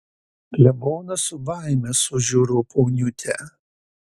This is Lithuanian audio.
klebonas su baime sužiuro poniutę